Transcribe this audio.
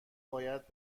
باید